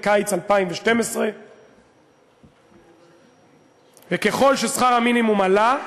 בקיץ 2012. וככל ששכר המינימום עלה,